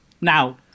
Now